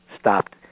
stopped